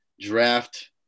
Draft